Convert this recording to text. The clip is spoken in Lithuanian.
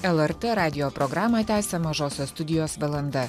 lrt radijo programą tęsia mažosios studijos valanda